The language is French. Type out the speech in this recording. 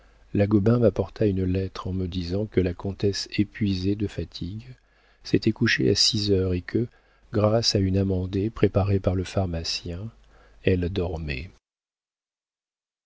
la gobain m'apporta une lettre en me disant que la comtesse épuisée de fatigue s'était couchée à six heures et que grâce à un amandé préparé par le pharmacien elle dormait